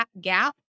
gap